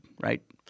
right